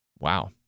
Wow